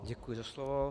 Děkuji za slovo.